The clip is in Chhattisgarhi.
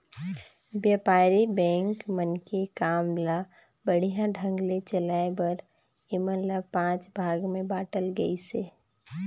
बेपारी बेंक मन के काम ल बड़िहा ढंग ले चलाये बर ऐमन ल पांच भाग मे बांटल गइसे